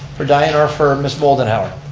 for dianne or for ms. moldenhawer?